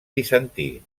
bizantí